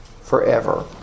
forever